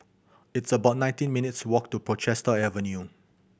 it's about nineteen minutes' walk to Portchester Avenue